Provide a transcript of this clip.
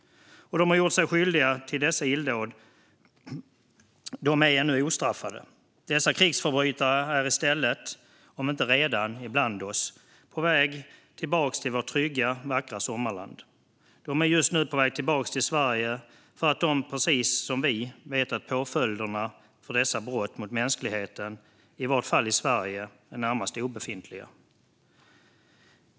De som har gjort sig skyldiga till dessa illdåd är ännu ostraffade. Dessa krigsförbrytare är i stället om inte redan bland oss så på väg tillbaka till vårt trygga, vackra sommarland. De är just nu på väg tillbaka till Sverige eftersom de, precis som vi, vet att påföljderna för dessa brott mot mänskligheten i varje fall i Sverige är närmast obefintliga.